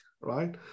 right